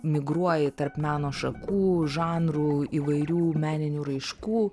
migruoji tarp meno šakų žanrų įvairių meninių raiškų